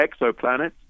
exoplanets